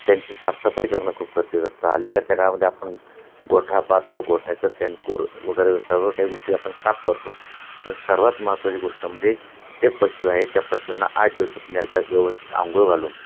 त्यांची साफसफाई करणं खूप गरजेचं असतं अलीकडच्या काळामध्ये आपण गोठा पाहतो गोठ्याचं सेनकूर वगैरे सर्व काही गोष्टी आपण साफ करतो पण सर्वात महत्त्वाची गोष्ट म्हणजे ते पशू आहेत त्या पशूंना आठ दिवसातून एकदा व्यवस्थित आंघोळ घालून